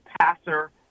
passer